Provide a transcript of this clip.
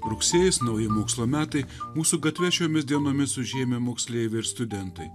rugsėjis nauji mokslo metai mūsų gatves šiomis dienomis užėmę moksleiviai ir studentai